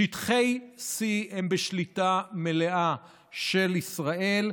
שטחי C הם בשליטה מלאה של ישראל,